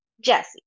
Jesse